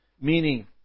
meaning